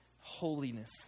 holiness